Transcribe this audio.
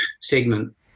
segment